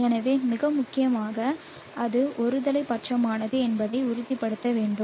எனவே மிக முக்கியமாக அது ஒருதலைப்பட்சமானது என்பதை உறுதிப்படுத்த வேண்டும்